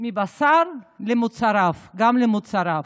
מבשר ל"מוצריו", גם למוצריו.